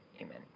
Amen